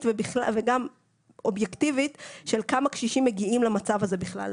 וגם אובייקטיבית של כמה קשישים מגיעים למצב הזה בכלל.